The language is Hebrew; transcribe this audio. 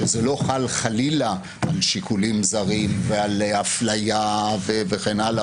שזה לא חל חלילה על שיקולים זרים ועל אפליה וכן הלאה.